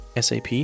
SAP